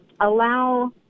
allow